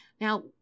now